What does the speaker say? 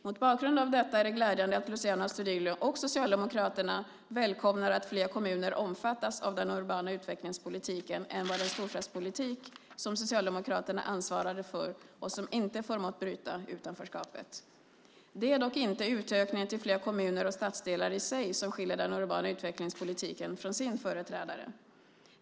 Mot bakgrund av detta är det glädjande att Luciano Astudillo och Socialdemokraterna välkomnar att fler kommuner omfattas av den urbana utvecklingspolitiken än av den storstadspolitik som Socialdemokraterna ansvarade för och som inte förmått bryta utanförskapet. Det är dock inte utökningen till fler kommuner och stadsdelar i sig som skiljer den urbana utvecklingspolitiken från sin företrädare.